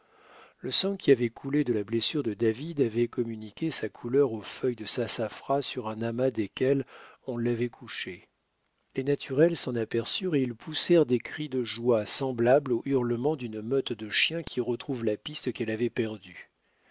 le sang qui avait coulé de la blessure de david avait communiqué sa couleur aux feuilles de sassafras sur un amas desquelles on l'avait couché les naturels s'en aperçurent et ils poussèrent des cris de joie semblables aux hurlements d'une meute de chiens qui retrouve la piste qu'elle avait perdue